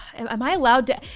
am i allowed to.